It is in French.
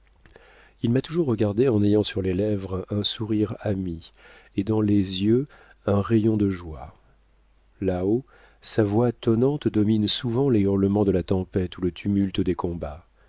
il m'a toujours regardée en ayant sur les lèvres un sourire ami et dans les yeux un rayon de joie là-haut sa voix tonnante domine souvent les hurlements de la tempête ou le tumulte des combats